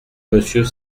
monsieur